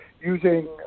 using